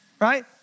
right